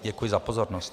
Děkuji za pozornost.